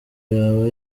yaba